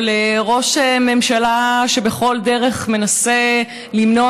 או לראש ממשלה שבכל דרך מנסה למנוע